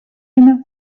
eina